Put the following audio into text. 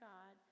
God